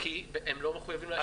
כי הם לא מחויבים להשקיע.